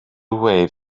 wave